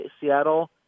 Seattle